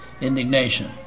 indignation